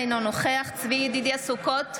אינו נוכח צבי ידידיה סוכות,